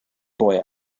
boy